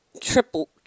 triple